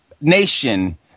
nation